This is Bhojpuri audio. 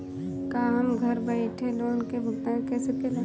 का हम घर बईठे लोन के भुगतान के शकेला?